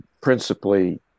principally